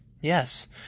Yes